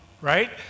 Right